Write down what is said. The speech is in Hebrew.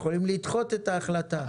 יכולות לדחות את ההחלטה.